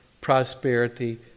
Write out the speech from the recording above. prosperity